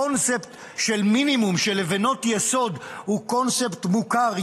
הקונספט של מינימום של לבנות יסוד הוא קונספט מוכר,